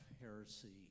heresy